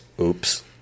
Oops